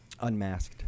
unmasked